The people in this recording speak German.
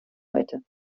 heute